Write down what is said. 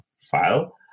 file